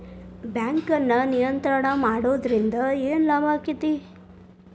ಬ್ಯಾಂಕನ್ನ ನಿಯಂತ್ರಣ ಮಾಡೊದ್ರಿಂದ್ ಏನ್ ಲಾಭಾಕ್ಕತಿ?